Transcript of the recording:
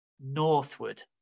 northward